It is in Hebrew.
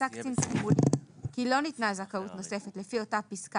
מצא קצין תגמולים כי לא ניתנה זכאות נוספת לפי אותה פסקה